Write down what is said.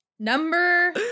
Number